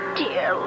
dear